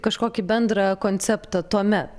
kažkokį bendrą konceptą tuomet